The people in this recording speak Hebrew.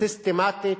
סיסטמטית,